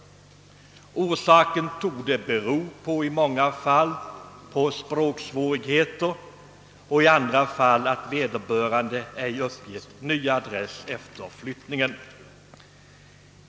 Orsakerna torde i en del fall vara språksvårigheter och i andra fall att vederbörande ej uppgivit ny adress efter flyttning.